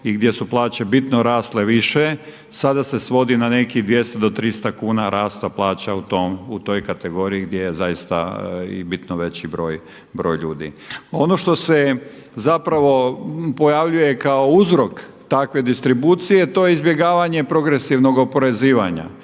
i gdje su plaće bitno rasle više, sada se svodi na nekih 200 do 300 kuna rasta plaća u toj kategoriji gdje je zaista i bitno veći broj ljudi. Ono što se pojavljuje kao uzrok takve distribucije to je izbjegavanje progresivnog oporezivanja,